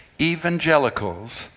evangelicals